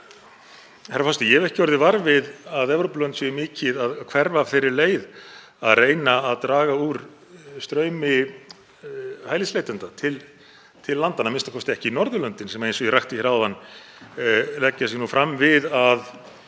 Ég hef ekki orðið var við að Evrópulönd séu mikið að hverfa af þeirri leið að reyna að draga úr straumi hælisleitenda til landanna, a.m.k. ekki Norðurlöndin sem, eins og ég rakti hér áðan, leggja sig fram við að